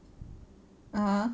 (uh huh)